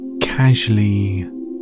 casually